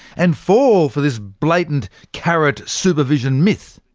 and fall for this blatant carrot-super-vision myth?